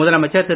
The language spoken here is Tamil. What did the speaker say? முதலமைச்சர் திரு